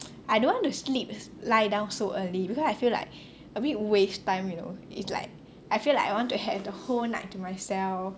I don't want to sleep lie down so early because I feel like a bit waste time you know it's like I feel like I want to have the whole night to myself